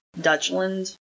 Dutchland